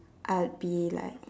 I'd be like